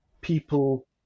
people